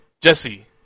Jesse